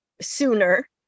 sooner